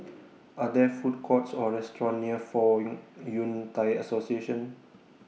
Are There Food Courts Or restaurants near Fong Yun Thai Association